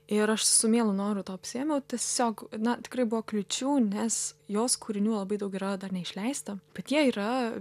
ir aš su mielu noru to apsiėmiau tiesiog na tikrai buvo kliūčių nes jos kūrinių labai daug yra dar neišleista bet jie yra